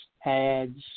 Pads